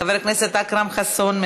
חבר הכנסת אכרם חסון?